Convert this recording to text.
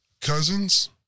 Cousins